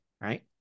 right